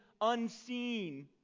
unseen